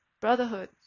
brotherhood